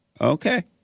Okay